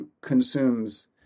consumes